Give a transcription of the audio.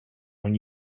when